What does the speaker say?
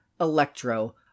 Electro